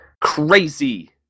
Crazy